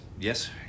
Yes